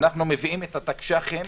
-- אנחנו מביאים את התקש"חים